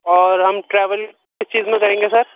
اور ہم ٹریویل کس چیز میں کریں گے سر